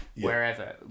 wherever